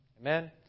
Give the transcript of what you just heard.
Amen